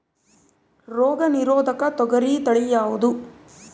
ರೋಗ ನಿರೋಧಕ ತೊಗರಿ ತಳಿ ಯಾವುದು?